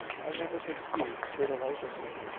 i never could see, for the life of me,